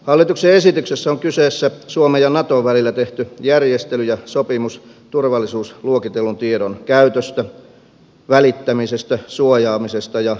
hallituksen esityksessä on kyseessä suomen ja naton välillä tehty järjestely ja sopimus turvallisuusluokitellun tiedon käytöstä välittämisestä suojaamisesta ja salaamisesta